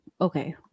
Okay